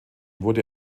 wurde